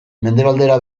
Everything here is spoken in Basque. mendebaldera